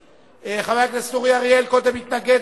חבר הכנסת אורי אריאל קודם התנגד.